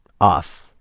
off